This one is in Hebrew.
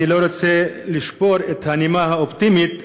אני לא רוצה לשבור את הנימה האופטימית,